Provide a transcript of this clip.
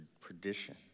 perdition